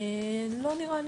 לא נראה לי.